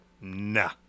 nah